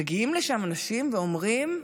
מגיעים לשם אנשים ואומרים: